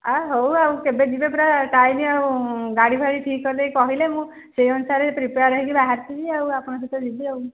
ଆଉ ହଉ ଆଉ କେବେ ଯିବେ ପରା ଟାଇମ୍ ଆଉ ଗାଡ଼ି ଫାଡ଼ି ଠିକ୍ କରି ଦେଇକି କହିଲେ ମୁଁ ସେଇ ଅନୁସାରେ ପ୍ରିପେୟାର୍ ହେଇକି ବାହାରିଥିବି ଆଉ ଆପଣଙ୍କ ସହିତ ଯିବି ଆଉ